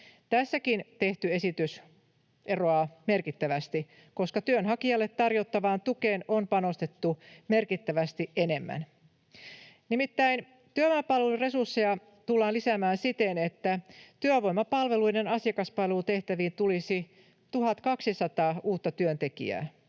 Tässäkin tehty esitys eroaa merkittävästi, koska työnhakijalle tarjottavaan tukeen on panostettu merkittävästi enemmän. Nimittäin työvoimapalvelujen resursseja tullaan lisäämään siten, että työvoimapalveluiden asiakaspalvelutehtäviin tulisi 1 200 uutta työntekijää.